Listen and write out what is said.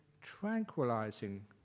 tranquilizing